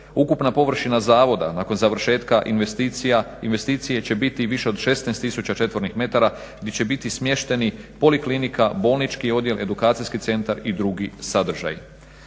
Ukupna površina zavoda nakon završetka investicije će biti više od 16 tisuća četvornih metara gdje će biti smješteni poliklinika, bolnički odjel, edukacijski centar i drugi sadržaji.